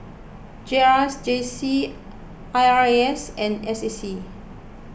J R S J C I R A S and S A C